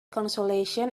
consolation